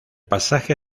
pasaje